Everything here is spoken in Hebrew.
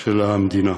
של המדינה.